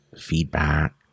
feedback